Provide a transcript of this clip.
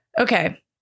Okay